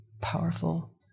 powerful